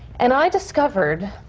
and i discovered,